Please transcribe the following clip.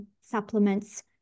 supplements